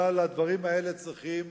אבל הדברים האלה צריכים